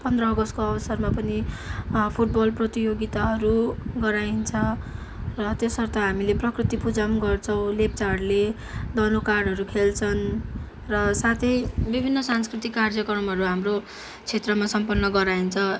पन्ध्र अगस्तको अवसरमा पनि फुटबल प्रतियोगिताहरू गराइन्छ र त्यसर्थ हामीले प्रकृति पूजा पनि गर्छौँ लेप्चाहरूले धनुकाँडहरू खेल्छन् र साथै विभिन्न सांस्कृतिक कार्यक्रमहरू हाम्रो क्षेत्रमा सम्पन्न गराइन्छ